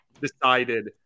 decided